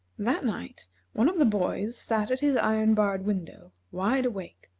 that night one of the boys sat at his iron-barred window, wide awake.